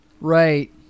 right